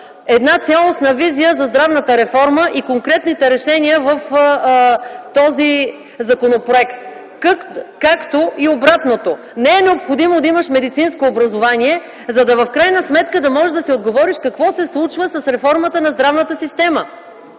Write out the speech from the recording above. една цялостна визия за здравната реформа и конкретните решения в този законопроект, както и обратното – не е необходимо да имаш медицинско образование, в крайна сметка, за да можеш да си отговориш какво се случва с реформата на здравната система.